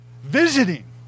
visiting